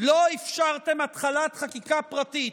לא אפשרתם התחלת חקיקה פרטית,